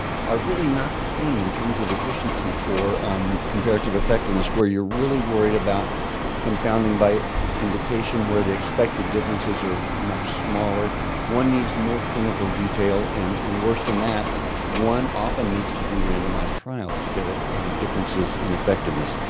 are really not the same in terms of efficiency for um compared to effectiveness where you're really worried about confounding by indication where the expected differences are much smaller one needs more clinical detail and and worse than that one often needs to do randomized trials to get it the differences in effectiveness.